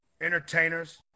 entertainers